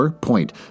point